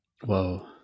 Whoa